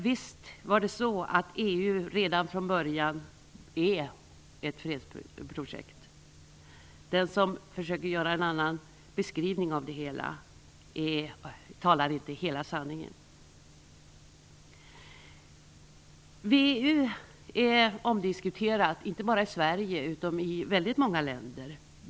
Visst är det så att EU redan från början är ett fredsprojekt. Den som försöker göra en annan beskrivning av det hela ger inte hela sanningen. VEU är omdiskuterat inte bara i Sverige utan i väldigt många länder.